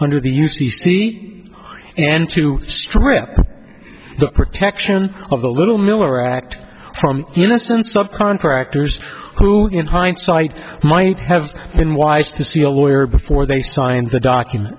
under the u c c and to strip the protection of the little miller act from innocence of contractors who in hindsight might have been wise to see a lawyer before they signed the document